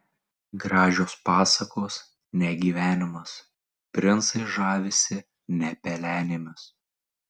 gražios pasakos ne gyvenimas princai žavisi ne pelenėmis